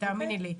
תאמיני לי,